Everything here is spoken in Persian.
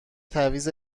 تعویض